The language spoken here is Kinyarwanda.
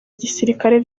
gisirikare